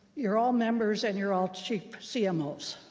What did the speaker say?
you're all members and you're all cheap cmos.